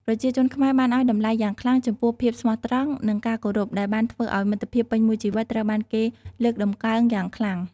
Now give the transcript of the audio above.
ប្រជាជនខ្មែរបានឲ្យតម្លៃយ៉ាងខ្លាំងចំពោះភាពស្មោះត្រង់និងការគោរពដែលបានធ្វើឲ្យមិត្តភាពពេញមួយជីវិតត្រូវបានគេលើកតម្កើងយ៉ាងខ្លាំង។